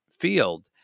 field